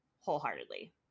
wholeheartedly